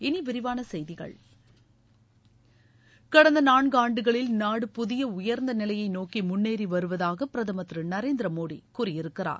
இனி விரிவான செய்திகள் கடந்த நான்கு ஆண்டுகளில் நாடு புதிய உயர்ந்த நிலையை நோக்கி முன்னேறி வருவதாக பிரதம் திரு நரேந்திர மோடி கூறியிருக்கிறார்